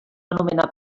anomenar